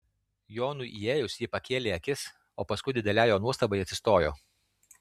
jonui įėjus ji pakėlė akis o paskui didelei jo nuostabai atsistojo